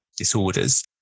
disorders